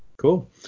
Cool